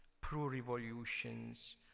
pro-revolutions